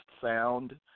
sound